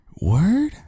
Word